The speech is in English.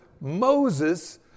Moses